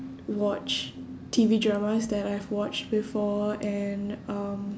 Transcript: watch T_V dramas that I've watched before and um